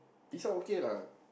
this one okay lah